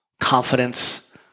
confidence